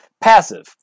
Passive